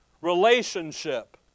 relationship